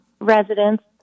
residents